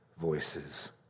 voices